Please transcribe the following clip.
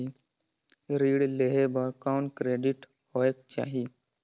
ऋण लेहे बर कौन क्रेडिट होयक चाही?